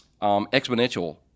exponential